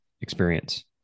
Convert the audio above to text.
experience